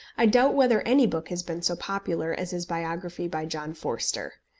i doubt whether any book has been so popular as his biography by john forster.